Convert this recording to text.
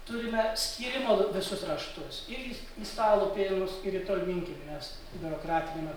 turime skyrimo visus raštus ir į stalupėnus ir į tolminkiemį nes biurokratiniame